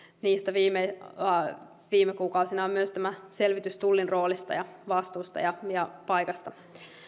niistä viime kuukausina on valmistunut myös tämä selvitys tullin roolista vastuista ja ja paikasta